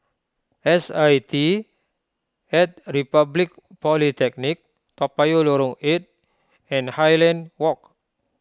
S I T at Republic Polytechnic Toa Payoh Lorong eight and Highland Walk